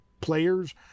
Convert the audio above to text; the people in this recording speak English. players